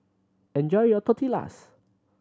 enjoy your Tortillas